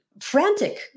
frantic